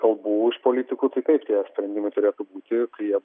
kalbų iš politikų tai taip tie sprendimai turėtų būti kai jie